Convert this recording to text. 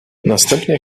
następnie